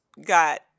got